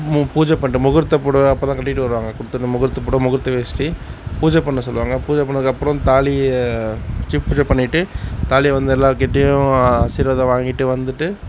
பூஜை பண்ணற முகூர்த்த புடவை அப்போ தான் கட்டிகிட்டு வருவாங்க கொடுத்த முகூர்த்த புடவை முகூர்த்த வேஷ்டி பூஜை பண்ண சொல்லுவாங்க பூஜை பண்ணிணதுக்கப்புறம் தாலியை வச்சு பூஜை பண்ணிவிட்டு தாலியை வந்து எல்லோர்கிட்டையும் ஆசிர்வாதம் வாங்கிட்டு வந்துட்டு